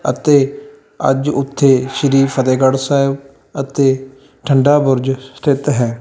ਅਤੇ ਅੱਜ ਉੱਥੇ ਸ਼੍ਰੀ ਫਤਿਹਗੜ੍ਹ ਸਾਹਿਬ ਅਤੇ ਠੰਡਾ ਬੁਰਜ ਸਥਿਤ ਹੈ